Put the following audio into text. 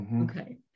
Okay